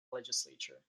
legislature